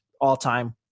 all-time